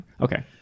okay